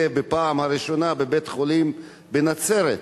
בפעם הראשונה גם בבית-החולים בנצרת.